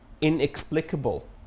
inexplicable